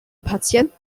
patienten